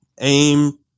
aim